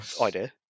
idea